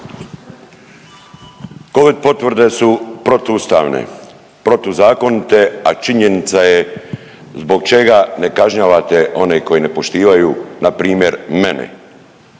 Covid potvrde su protuustavne, protuzakonite, a činjenica je zbog čega ne kažnjavate one koji ne poštivaju npr. mene